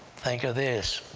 think of this.